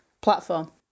platform